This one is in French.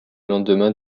lendemain